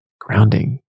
grounding